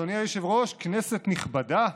אדוני היושב-ראש, כנסת נכבדה,